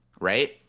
Right